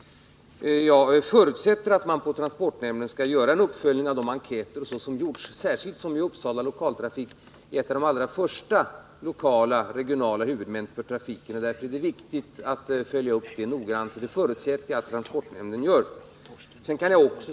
Jag förutsätter att man på transportnämnden skall göra en uppföljning av de enkäter som gjorts, särskilt som Upplands Lokaltrafik är en av de allra första regionala huvudmännen för trafiken. Därför är det viktigt att följa upp arbetet noggrant, och jag förutsätter att transportnämnden gör det.